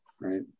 right